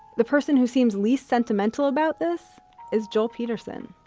the person who seems least sentimental about this is joel peterson.